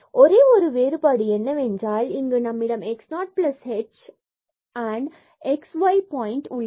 ஒரே ஒரு வேறுபாடு என்னவென்றால் இங்கு நம்மிடம் x 0 h and x y point point உள்ளது